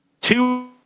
Two